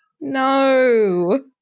no